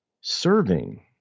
Serving